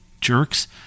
jerks